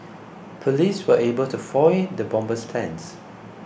police were able to foil the bomber's plans